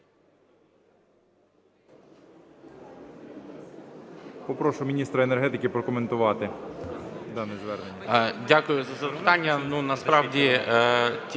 Дякую за запитання.